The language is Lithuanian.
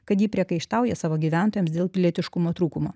kad ji priekaištauja savo gyventojams dėl pilietiškumo trūkumo